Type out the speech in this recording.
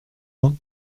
vin